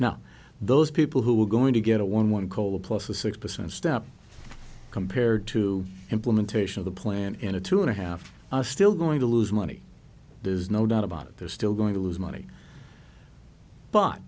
now those people who were going to get a one one call plus a six percent step compared to implementation of the plan in a two and a half are still going to lose money there's no doubt about it they're still going to lose money but